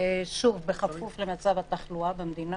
בכפוף למצב התחלואה במדינה.